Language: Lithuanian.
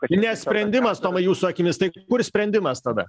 ne sprendimas tomai jūsų akimis tai kur sprendimas tada